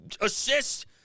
assist